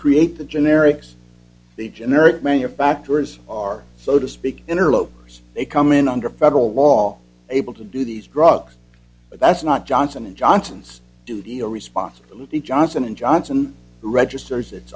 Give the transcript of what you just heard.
create the generics the generic manufacturers are so to speak interlopers they come in under federal law able to do these drugs but that's not johnson and johnson's duty or responsibility johnson and johnson registers it